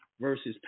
versus